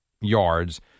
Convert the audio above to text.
yards